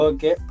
Okay